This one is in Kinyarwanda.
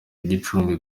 gicumbi